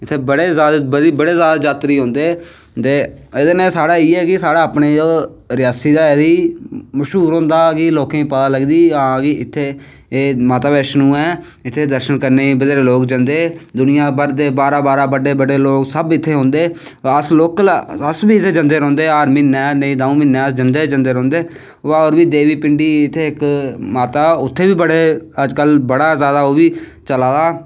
इत्थें बड़े जादा जात्तरी औंदे एह्दे नै साढ़ा इयै कि साढ़ा रियासी दा मश्हूर होंदा लोकें गी पता लगदा कि हां इत्थें माता बैष्णो ऐ इत्थें दर्शन करनें गी बत्थेरे लोग जंदे दुनियांभर दे बाह्रा दा बड्डे बड्डे लोग इत्थें औंदे अस लोकल हर वी इत्थें जंदे रौह्ने हर महीनै दो महीनै अस जंदे रौंह्दे तोे देबी पिंडी इक माता ऐ उत्थें बी अज्ज कल बड़ा जादा ओह् बी चला दा